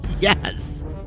Yes